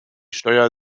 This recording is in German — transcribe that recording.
steuer